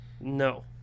No